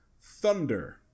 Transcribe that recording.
Thunder